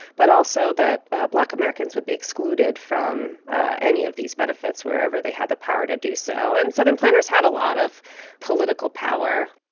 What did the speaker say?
but also that black americans would be excluded from any of these benefits wherever they had the power to do so. and southern planters had a lot of political power.